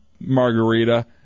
margarita